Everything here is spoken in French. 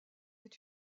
est